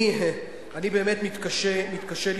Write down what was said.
אני באמת מתקשה, מתקשה לראות.